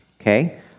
okay